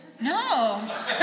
No